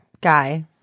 guy